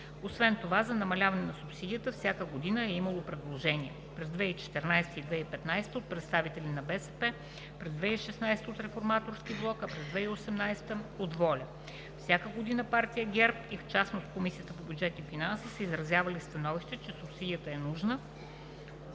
Освен това за намаляване на субсидията всяка година е имало предложения: през 2014 г. и 2015 г. – от представители на БСП; през 2016 г. – от „Реформаторския блок“, а през 2018 г. – от ВОЛЯ. Всяка година партия ГЕРБ, и в частност Комисията по бюджет и финанси, са изразявали становището, че субсидията е нужна,